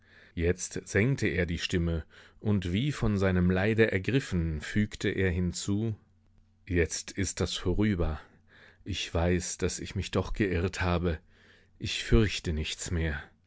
jetzt senkte er die stimme und wie von seinem leide ergriffen fügte er hinzu jetzt ist das vorüber ich weiß daß ich mich doch geirrt habe ich fürchte nichts mehr